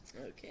Okay